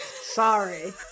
Sorry